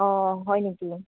অঁ হয় নেকি